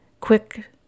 Quick